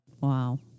Wow